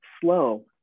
slow